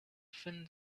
thin